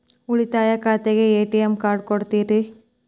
ಉಳಿತಾಯ ಖಾತೆಗೆ ATM card ಕೊಡ್ತೇರಿ?